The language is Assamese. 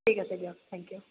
ঠিক আছে দিয়ক থেংক ইউ